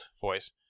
voice